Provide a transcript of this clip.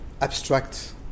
abstract